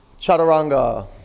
chaturanga